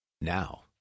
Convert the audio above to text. Now